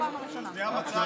את האוזנייה מצאנו.